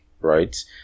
right